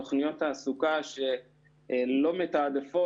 ותלויה גם בהקצאת משאבים ודברים אחרים.